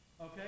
Okay